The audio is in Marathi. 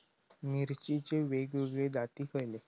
मिरचीचे वेगवेगळे जाती खयले?